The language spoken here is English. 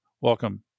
Welcome